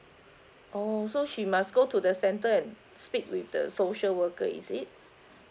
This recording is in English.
oh so she must go to the centre and speak with the social worker is it